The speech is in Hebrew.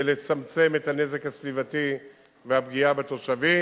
לצמצם את הנזק הסביבתי והפגיעה בתושבים.